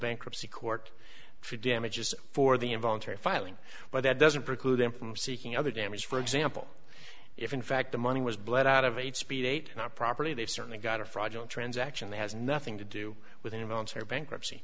bankruptcy court for damages for the involuntary filing but that doesn't preclude him from seeking other damage for example if in fact the money was bled out of eight speed eight not property they've certainly got a fraudulent transaction that has nothing to do with involuntary bankruptcy